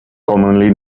commonly